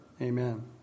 Amen